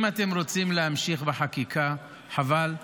אם אתם רוצים להמשיך בחקיקה, חבל,